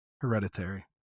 Hereditary